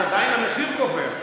אז עדיין המחיר גובר.